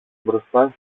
μπροστά